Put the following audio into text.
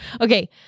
Okay